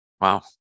Wow